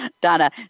Donna